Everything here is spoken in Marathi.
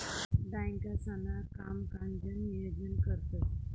बँकांसणा कामकाजनं नियोजन करतंस